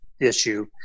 issue